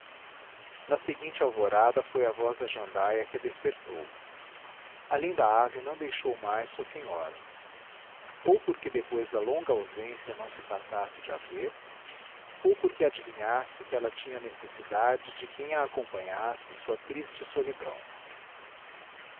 na seguinte alvorada foi a voz da jandaia que a despertou a linda ave não deixou mais sua senhora ou porque depois da longa ausência não se fartasse de a ver ou porque adivinhasse que ela tinha necessidade de quem a acompanhasse em sua triste solidão